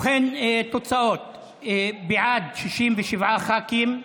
ובכן, תוצאות: בעד, 67 ח"כים,